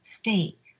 state